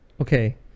Okay